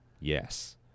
Yes